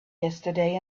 yesterday